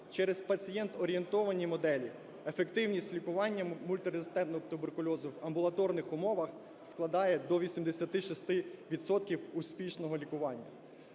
через пацієнт-орієнтовані моделі ефективність лікування мультирезистентного туберкульозу в амбулаторних умовах складає до 86 відсотків успішного лікування.